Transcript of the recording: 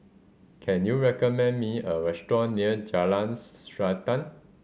can you recommend me a restaurant near Jalan Srantan